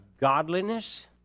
godliness